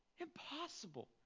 Impossible